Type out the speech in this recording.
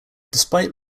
despite